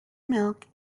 milk